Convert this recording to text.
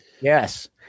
yes